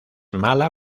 mala